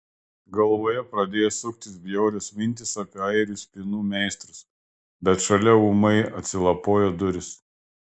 galvoje pradėjo suktis bjaurios mintys apie airių spynų meistrus bet šalia ūmai atsilapojo durys